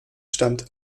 stand